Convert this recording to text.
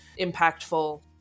impactful